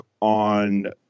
on